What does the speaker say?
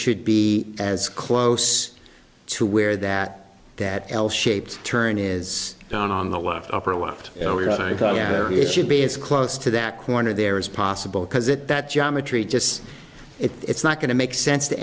should be as close to where that that l shaped turn is down on the left upper left it should be as close to that corner there as possible because it that geometry just it's not going to make sense to